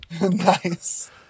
Nice